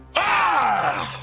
ah!